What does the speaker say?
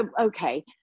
okay